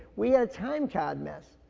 we had time cad mess.